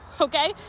okay